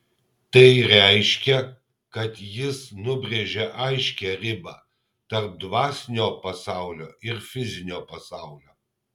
tai reiškia kad jis nubrėžia aiškią ribą tarp dvasinio pasaulio ir fizinio pasaulio